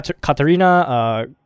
Katarina